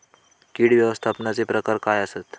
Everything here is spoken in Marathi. कीड व्यवस्थापनाचे प्रकार काय आसत?